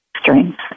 strength